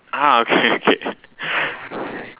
ah okay okay